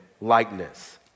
likeness